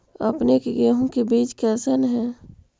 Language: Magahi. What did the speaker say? अपने के गेहूं के बीज कैसन है?